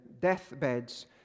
deathbeds